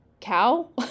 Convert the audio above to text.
cow